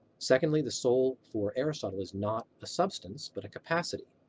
secondly, the soul for aristotle is not a substance but a capacity,